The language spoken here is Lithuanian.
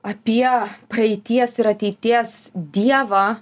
apie praeities ir ateities dievą